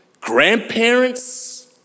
grandparents